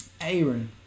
Aaron